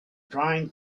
trying